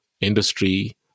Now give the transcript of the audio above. Industry